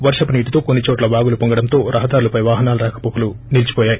వర్షపు నీటితో కొన్ని చోట్ల వాగులు పొంగడంతో రహదారులపై వాహనాల రాకవోకలు నిలిచిపోయాయి